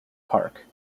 park